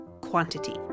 quantity